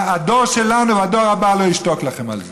הדור שלנו והדור הבא לא ישתקו לכם על זה.